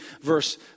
verse